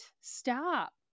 Stop